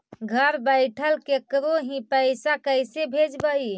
घर बैठल केकरो ही पैसा कैसे भेजबइ?